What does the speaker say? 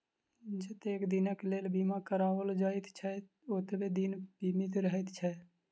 जतेक दिनक लेल बीमा कराओल जाइत छै, ओतबे दिन बीमित रहैत छै